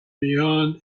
beyond